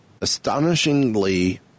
astonishingly